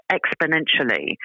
exponentially